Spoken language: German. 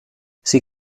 sie